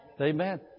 Amen